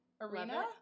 arena